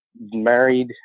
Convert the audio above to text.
married